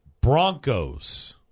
Broncos